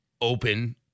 open